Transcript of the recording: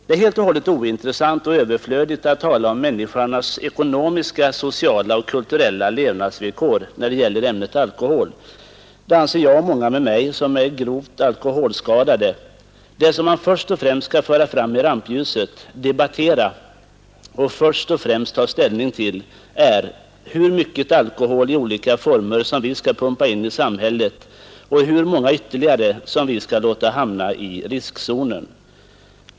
Det är helt och hållet ointressant och överflödigt att tala om människornas ekonomiska, sociala och kulturella levnadsvillkor, när det gäller ämnet alkohol. Det anser jag och många med mig, som är gravt alkoholskadade. Det som man först och främst skall föra fram i rampljuset, debattera och först och främst ta ställning till, är hur mycket alkohol i olika former som vi skall pumpa in i samhället och hur många ytterligare, som vi skall låta hamna i riskzonen.